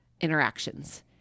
interactions